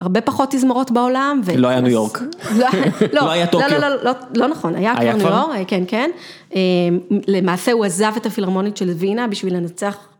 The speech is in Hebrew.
הרבה פחות תזמורות בעולם. ו..לא היה ניו יורק, לא היה טוקיו. לא נכון, היה כבר ניו יורק, כן כן, למעשה הוא עזב את הפילהרמונית של לוינה בשביל לנצח...